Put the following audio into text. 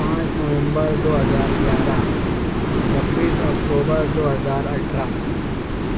پانچ نویمبر دو ہزار گیارہ چھبیس اکٹوبر دو ہزار اٹھارہ